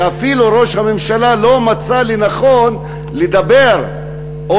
שראש הממשלה אפילו לא מצא לנכון לדבר או